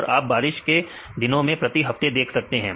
और आप बारिश के दिनों को प्रति हफ्ते देख सकते हैं